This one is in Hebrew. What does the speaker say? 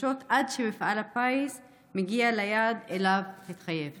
חדשות עד שמפעל הפיס יגיע ליעד שהתחייב לו.